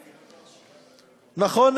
נכון,